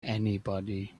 anybody